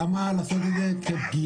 למה לעשות את זה כפגיעה